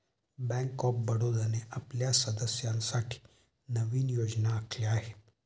bank of बडोदाने आपल्या सदस्यांसाठी नवीन योजना आखल्या आहेत